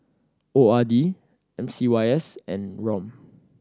O R D M C Y S and ROM